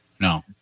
no